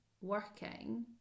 working